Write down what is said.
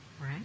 Right